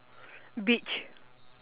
beach